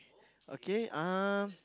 okay uh